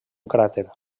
cràter